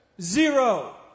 zero